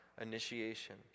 initiation